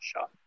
shot